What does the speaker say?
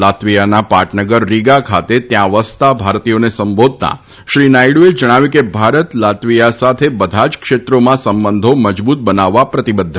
લાત્વીયાના પાટનગર રીગા ખાતે ત્યાં વસતા ભારતીયોને સંબોધતા શ્રી નાથડુએ જણાવ્યું કે ભારત લાત્વીયા સાથે બધા જ ક્ષેત્રોમાં સંબંધો મજબૂત બનાવવા પ્રતિબધ્ધ છે